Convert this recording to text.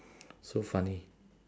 so funny